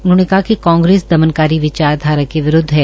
उन्होंने कहा कि कांग्रेस दमनकारी विचार धारा के विरूदव है